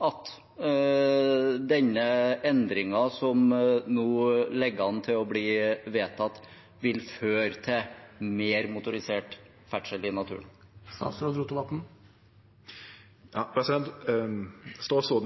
at denne endringen som nå ligger an til å bli vedtatt, vil føre til mer motorisert ferdsel i naturen? Statsråden